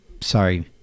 Sorry